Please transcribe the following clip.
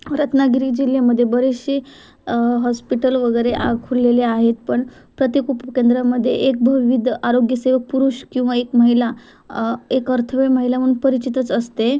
रत्नागिरी जिल्ह्यामध्ये बरेचसे हॉस्पिटल वगैरे आखुरलेले आहेत पण प्रत्येक उपकेंद्रामध्ये एक बहुविध आरोग्यसेवक पुरुष किंवा एक महिला एक अर्ध वेळ महिला म्हणून परिचितच असते